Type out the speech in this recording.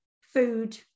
food